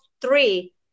three